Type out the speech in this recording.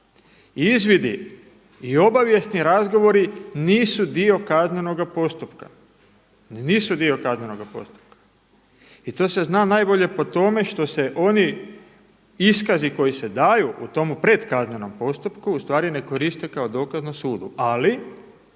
dio kaznenoga postupka, ni nisu dio kaznenoga postupka. I to se zna najbolje po tome što se oni iskazi koji se daju u tome pred kaznenom postupku ustvari ne koriste kao dokaz na sudu. Ali